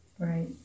Right